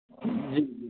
جی جی